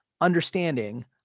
understanding